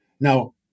Now